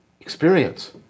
Experience